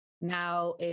Now